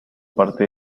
parte